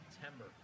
September –